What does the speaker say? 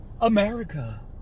America